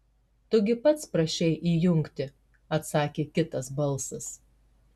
tu gi pats prašei įjungti atsakė kitas balsas